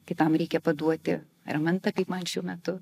kitam reikia paduoti ramentą kaip man šiuo metu